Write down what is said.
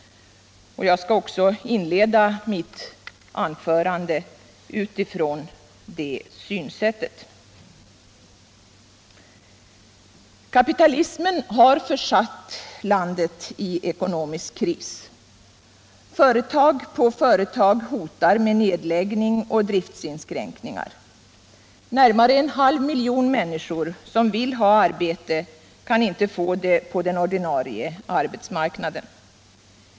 Från det synsättet kommer jag också att utgå i mitt anförande. Kapitalismen har försatt landet i ekonomisk kris. Företag på företag hotar med nedläggning och driftsinskränkningar. Närmare en halv miljon människor som vill ha arbete kan inte få det på den ordinarie arbetsmarknaden.